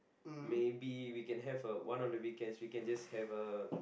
maybe we can have a one of the weekends we can just have a